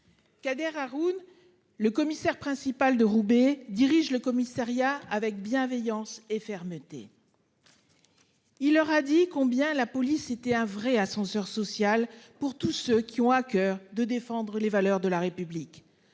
Kader Haroun. Le commissaire principal de Roubaix dirige le commissariat avec bienveillance et fermeté. Il leur a dit combien la police c'était un vrai ascenseur social pour tous ceux qui ont à coeur de défendre les valeurs de la République,